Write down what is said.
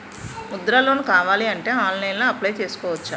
Mudra loan కావాలి అంటే ఆన్లైన్లో అప్లయ్ చేసుకోవచ్చా?